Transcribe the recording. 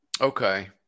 Okay